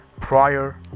prior